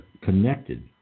Connected